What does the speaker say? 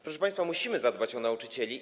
Proszę państwa, musimy zadbać o nauczycieli.